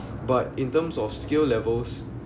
but in terms of skill levels